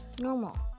normal